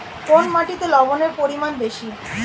কোন মাটিতে লবণের পরিমাণ বেশি?